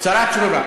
"צרה צרורה".